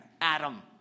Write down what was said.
Adam